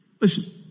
Listen